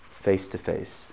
face-to-face